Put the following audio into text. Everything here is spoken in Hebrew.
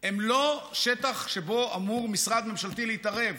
הם לא שטח שבו אמור משרד ממשלתי להתערב.